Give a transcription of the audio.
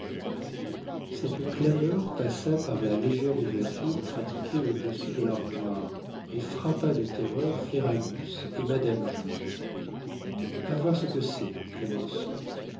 cette clameur passa par la légère ouverture pratiquée au-dessus de l'armoire et frappa de terreur ferragus et madame jules va voir ce que c'est